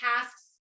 tasks